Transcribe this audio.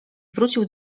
wrócił